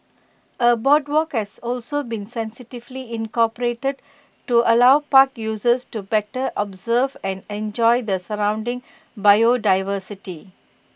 A boardwalk has also been sensitively incorporated to allow park users to better observe and enjoy the surrounding biodiversity